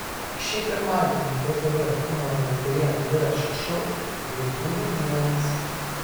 šį pirmadienį btv humoro laidoje dviračio šou veidų naujienos